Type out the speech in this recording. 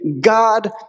God